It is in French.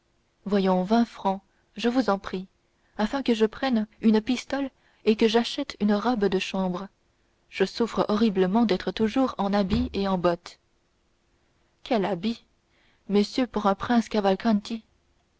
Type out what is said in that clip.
voyons vingt francs et je vous en prie afin que je prenne une pistole et que j'achète une robe de chambre je souffre horriblement d'être toujours en habit et en bottes quel habit monsieur pour un prince cavalcanti